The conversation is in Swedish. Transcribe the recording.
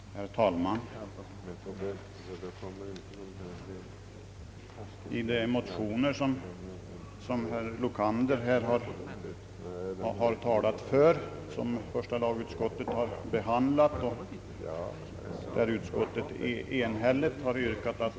Herr talman! De motioner som herr Lokander här har talat för har behandlats av första lagutskottet som i ett enhälligt utlåtande avstyrkt dem.